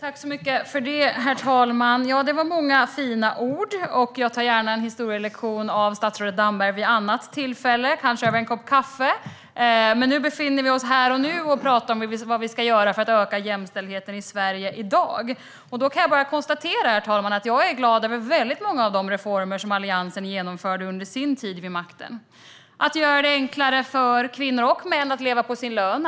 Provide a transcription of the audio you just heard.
Herr talman! Det var många fina ord. Jag vill gärna ha en historielektion av statsrådet Damberg vid ett annat tillfälle, kanske över en kopp kaffe. Men vi befinner oss här och nu och ska prata om vad vi ska göra för att öka jämställdheten i Sverige i dag. Jag är glad över många av de reformer som Alliansen genomförde under vår tid vid makten. Till att börja med gjorde vi det enklare för kvinnor och män att leva på sin lön.